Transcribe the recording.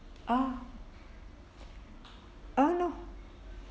ah ah no